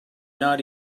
not